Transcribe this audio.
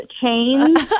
chains